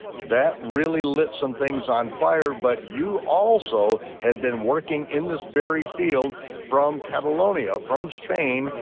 that really lit some things on fire, but you also had been working in this very field from catalonia, from spain,